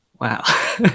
wow